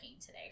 today